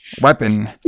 weapon